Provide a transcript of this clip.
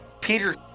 Peter